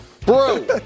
Brew